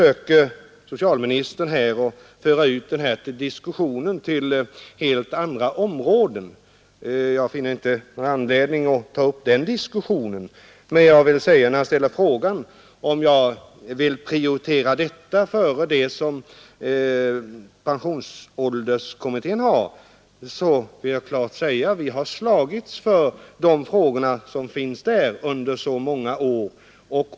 Socialministern försöker att föra ut denna diskussion till helt andra områden. Jag finner inte någon anledning att ta upp den diskusssionen. Men när han ställer frågan, om jag vill prioritera förbättringar av efterlevandeskyddet för barnfamiljer framför det som pensionsålderskommittén arbetar med, vill jag klart säga att vi har slagits för dessa spörsmål under många år.